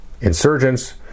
insurgents